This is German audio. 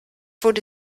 wurde